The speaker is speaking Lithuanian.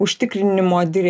užtikrinimo direktyvą